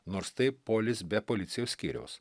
nors tai polis be policijos skyriaus